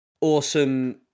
awesome